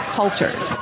cultures